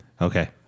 Okay